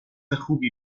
خوبی